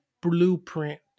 blueprint